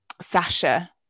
Sasha